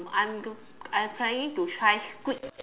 I'm I'm planning to try squid